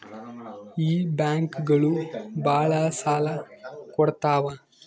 ಈ ಬ್ಯಾಂಕುಗಳು ಭಾಳ ಸಾಲ ಕೊಡ್ತಾವ